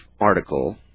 article